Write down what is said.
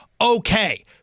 Okay